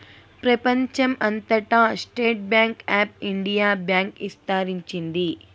ప్రెపంచం అంతటా state bank of India bank ఇస్తరించింది